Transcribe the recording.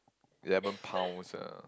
eleven pounds ah